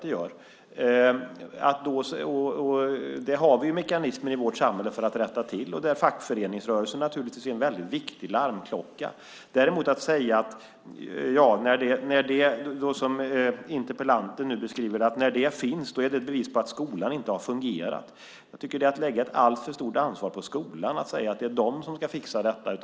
Det har vi mekanismer i vårt samhälle för att rätta till. Där är fackföreningsrörelsen naturligtvis en väldigt viktig larmklocka. Att däremot säga, som interpellanten nu beskriver det, att när det förekommer är det ett bevis på att skolan inte har fungerat, tycker jag är att lägga ett alltför stort ansvar på skolan att säga att man ska fixa detta.